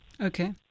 Okay